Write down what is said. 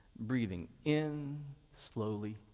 breathing in slowly,